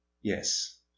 Yes